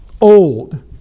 old